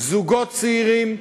זוגות צעירים,